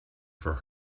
for